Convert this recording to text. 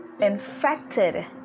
infected